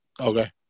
Okay